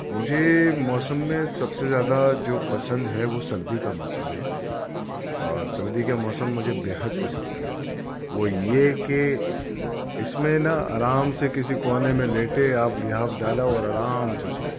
مجھے موسم میں سب سے زیادہ جو پسند ہے وہ سردی کا موسم ہے اور سردی کے موسم مجھے بےحد پسند ہے وہ یہ کہ اس میں نہ آرام سے کسی کونے میں لیٹے آپ لحاف ڈالا اور آرام سے سو گئے